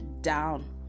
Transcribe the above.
down